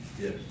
Yes